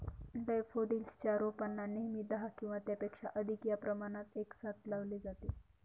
daffodils च्या रोपांना नेहमी दहा किंवा त्यापेक्षा अधिक या प्रमाणात एकसाथ लावले जाते